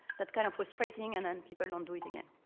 that's kind of frustrating. and then people don't do it again.